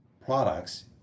products